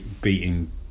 beating